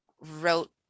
wrote